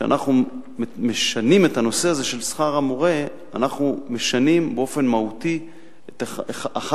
כשאנחנו משנים את שכר המורה אנחנו משנים באופן מהותי את אחד